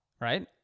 Right